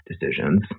decisions